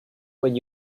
when